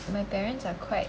my parents are quite